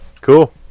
cool